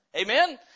Amen